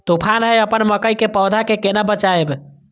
तुफान है अपन मकई के पौधा के केना बचायब?